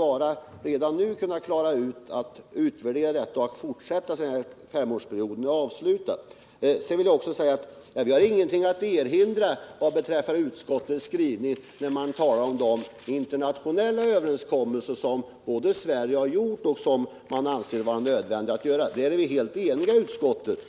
man redan nu bör kunna utvärdera detta och sedan fortsätta efter femårsperiodens slut. Vi har ingenting att erinra mot utskottets skrivning om de internationella överenskommelser som Sverige anslutit sig till och som man anser vara nödvändiga. Där är vi helt eniga i utskottet.